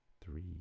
three